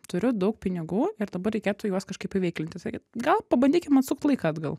turiu daug pinigų ir dabar reikėtų juos kažkaip įveiklinti sakyt gal pabandykim atsukt laiką atgal